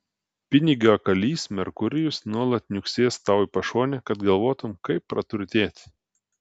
pinigakalys merkurijus nuolat niuksės tau į pašonę kad galvotum kaip praturtėti